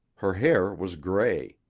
her hair was gray.